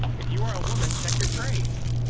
if you are a woman, check your trades